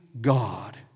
God